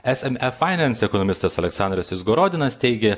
sme finance ekonomistas aleksandras izgorodinas teigė